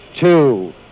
two